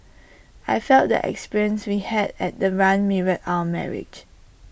I felt the experience we had at the run mirrored our marriage